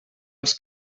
els